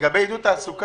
לגבי עידוד תעסוקה,